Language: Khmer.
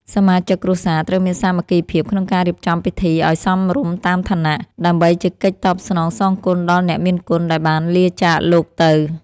សមាជិកគ្រួសារត្រូវមានសាមគ្គីភាពក្នុងការរៀបចំពិធីឱ្យសមរម្យតាមឋានៈ ដើម្បីជាកិច្ចតបស្នងសងគុណដល់អ្នកមានគុណដែលបានលាចាកលោកទៅ។